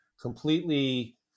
completely